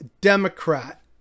Democrat